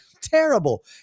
terrible